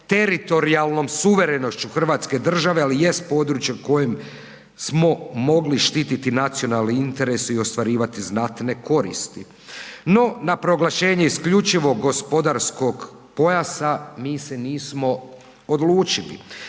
teritorijalnom suverenošću Hrvatske države, ali jest područje kojem smo mogli štititi nacionalni interes i ostvarivati znatne koristi. No, na proglašenje isključivog gospodarskom pojasa mi se nismo odlučili.